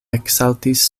eksaltis